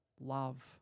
love